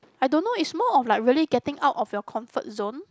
I don't know is more on like really getting out of your comfort zone